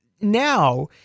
now